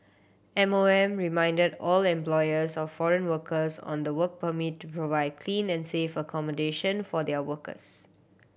M O M reminded all employers of foreign workers on the work permit to provide clean and safe accommodation for their workers